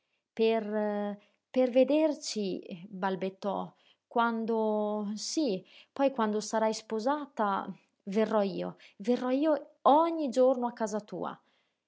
per per vederci balbettò quando sí poi quando sarai sposata verrò io verrò io ogni giorno a casa tua